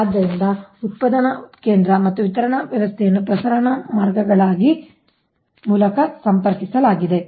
ಆದ್ದರಿಂದ ಉತ್ಪಾದನಾ ಕೇಂದ್ರ ಮತ್ತು ವಿತರಣಾ ವ್ಯವಸ್ಥೆಯನ್ನು ಪ್ರಸರಣ ಮಾರ್ಗಗಳ ಮೂಲಕ ಸಂಪರ್ಕಿಸಲಾಗಿದೆ